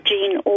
Gene